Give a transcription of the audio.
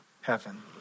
heaven